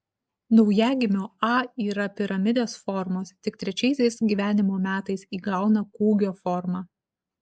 naujagimio a yra piramidės formos tik trečiaisiais gyvenimo metais įgauna kūgio formą